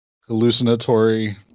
hallucinatory